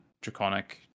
draconic